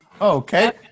Okay